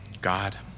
God